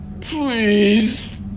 Please